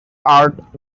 art